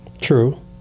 True